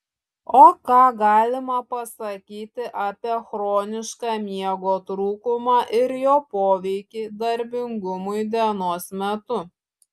o ką galima pasakyti apie chronišką miego trūkumą ir jo poveikį darbingumui dienos metu